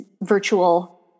virtual